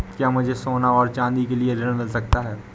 क्या मुझे सोने और चाँदी के लिए ऋण मिल सकता है?